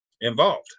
involved